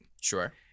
Sure